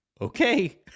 okay